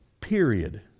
period